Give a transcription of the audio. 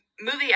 movie